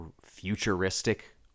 futuristic